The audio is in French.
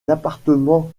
appartements